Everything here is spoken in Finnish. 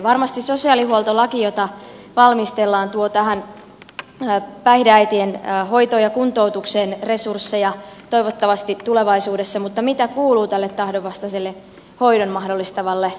varmasti sosiaalihuoltolaki jota valmistellaan tuo tähän päihdeäitien hoitoon ja kuntoutukseen resursseja toivottavasti tulevaisuudessa mutta mitä kuuluu tälle tahdonvastaisen hoidon mahdollistavalle laille